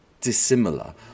dissimilar